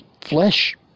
flesh